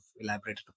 elaborated